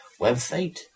website